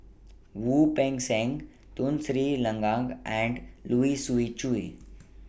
Wu Peng Seng Tun Sri Lanang and Siu Chiu